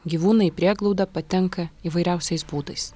gyvūnai į prieglaudą patenka įvairiausiais būdais